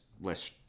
less